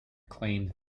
claimed